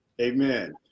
Amen